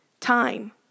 time